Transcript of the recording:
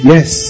Yes